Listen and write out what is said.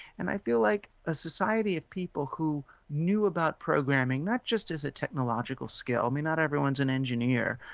and i feel like a society of people who knew about programming, not just as a technological skill, i mean not everyone's an engineer,